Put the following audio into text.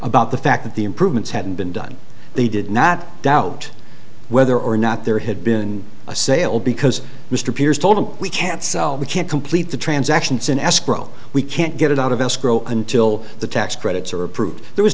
about the fact that the improvements hadn't been done they did not doubt whether or not there had been a sale because mr peters told them we can't sell we can't complete the transaction it's in escrow we can't get it out of escrow until the tax credits are approved there was